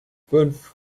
fünf